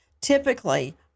Typically